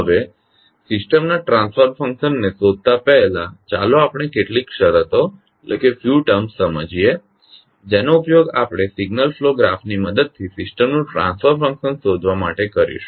હવે સિસ્ટમના ટ્રાન્સફર ફંક્શનને શોધતા પહેલાં ચાલો આપણે કેટલીક શરતો સમજીએ જેનો ઉપયોગ આપણે સિગ્નલ ફ્લો ગ્રાફ ની મદદથી સિસ્ટમનું ટ્રાન્સફર ફંક્શન શોધવા માટે કરીશું